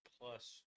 plus